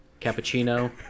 Cappuccino